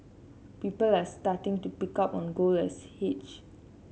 people are starting to pick up on gold as hedge